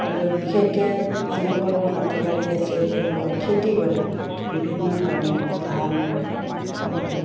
ধৰক বিশেষকৈ যিসকলৰ মাটি বাৰী আছে সেইসকলে খেতি কৰে বিভিন্ন ধৰণৰ ধান